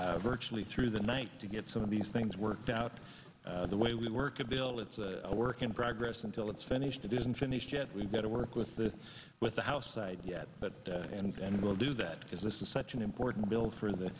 work virtually through the night to get some of these things worked out the way we work a bill it's a work in progress until it's finished it isn't finished yet we've got to work with the with the house side yet but and we'll do that because this is such an important bill for the